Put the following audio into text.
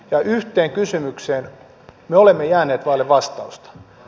ja yhteen kysymykseen me olemme jääneet vaille vastausta